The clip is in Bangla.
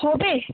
হবে